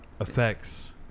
effects